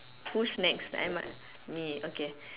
whose next let am I me okay